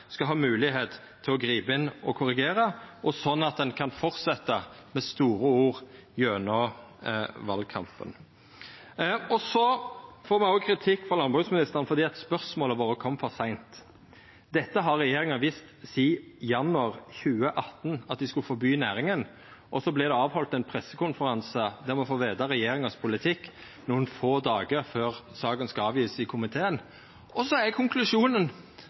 skal ha moglegheit til å gripa inn og korrigera, og slik at ein kan fortsetja med store ord i valkampen. Me får kritikk frå landbruksministeren fordi spørsmåla våre kom for seint. Regjeringa har visst sidan januar 2018 at dei skulle forby næringa, og så vert det halde ein pressekonferanse der me får vita kva som er regjeringa sin politikk, nokre få dagar før saka skal leggjast fram i komiteen. Konklusjonen er at me har stilt spørsmåla våre for seint. Det er rett og